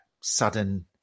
sudden